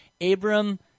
Abram